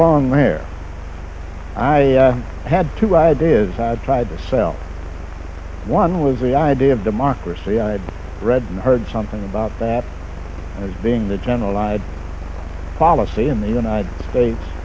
long where i had two ideas i tried to sell one was re i d of democracy i had read and heard something about that as being the generalized policy in the united states